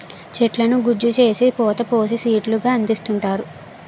చెట్లను గుజ్జు చేసి పోత పోసి సీట్లు గా అందిస్తున్నారు